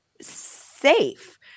safe